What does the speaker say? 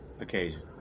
occasion